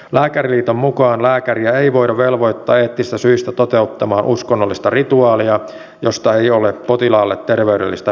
lääkäriliiton mukaan lääkäriä ei voida velvoittaa eettisistä syistä toteuttamaan uskonnollista rituaalia josta ei ole potilaalle terveydellistä hyötyä